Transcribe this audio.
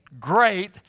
great